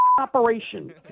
operation